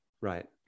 Right